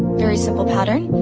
very simple pattern,